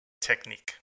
Technique